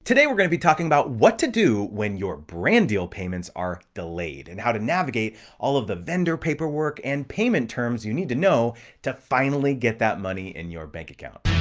today we're gonna be talking about what to do when your brand deal payments are delayed and how to navigate all of the vendor paperwork and payment terms you need to know to finally get that money in your bank account.